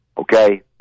Okay